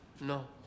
No